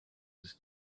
with